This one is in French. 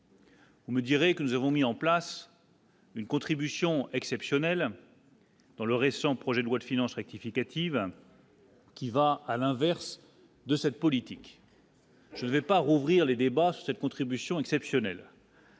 Vous me direz que nous avons mis en place une contribution exceptionnelle dans le récent projet de loi de finances rectificative. Qui va à l'inverse de cette politique. Je vais pas rouvrir les débats cette contribution exceptionnelle.